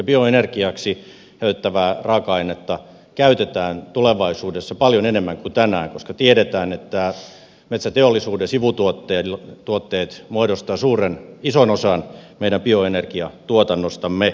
bioenergiaksi käytettävää raaka ainetta käytetään tulevaisuudessa paljon enemmän kuin tänään koska tiedetään että metsäteollisuuden sivutuotteet muodostavat ison osan meidän bioenergiatuotannostamme